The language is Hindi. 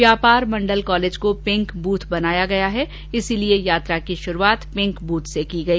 व्यापार मंडल कॉलेज को पिंक बुथ बनाया गया है इसलिए यात्रा की शुरूआत पिंक बुथ से की गई